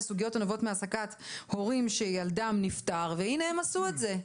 סוגיות הנובעות מהעסקת הורים שילדם נפטר והנה הם עשו את זה,